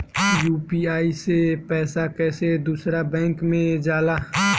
UPI से पैसा कैसे दूसरा बैंक मे जाला?